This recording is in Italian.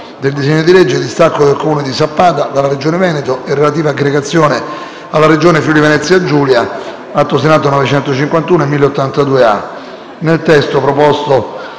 Grazie